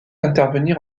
intervenir